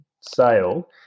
sale